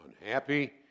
unhappy